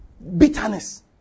Bitterness